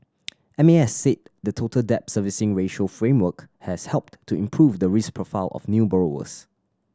M A S said the Total Debt Servicing Ratio framework has helped to improve the risk profile of new borrowers